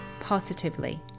positively